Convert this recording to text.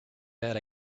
that